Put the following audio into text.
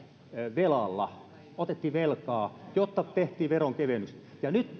velalla otettiin velkaa jotta tehtiin veronkevennykset nyt